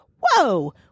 whoa